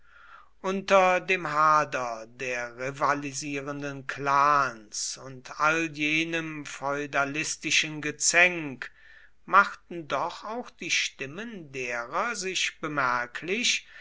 unter dem hader der rivalisierenden clans und all jenem feudalistischen gezänk machten doch auch die stimmen derer sich bemerklich